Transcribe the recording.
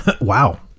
Wow